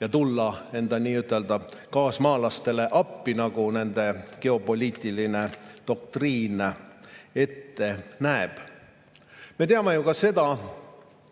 ja tulla enda nii-öelda kaasmaalastele appi, nagu nende geopoliitiline doktriin ette näeb. Me teame sedagi,